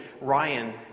Ryan